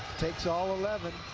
takes all eleven